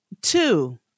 Two